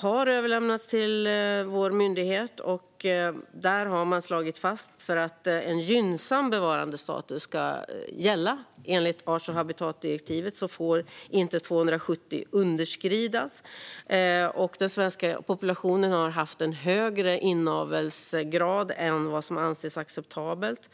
har överlämnats till vår myndighet. Där har man slagit fast att för att en gynnsam bevarandestatus ska gälla enligt art och habitatdirektivet får inte 270 individer underskridas. Den svenska populationen har haft en högre grad av inavel än vad som anses acceptabelt.